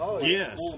Yes